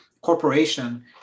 corporation